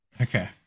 Okay